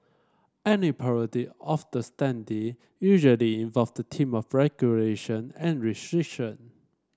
any parody of the standee usually involves theme of regulation and restriction